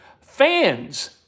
fans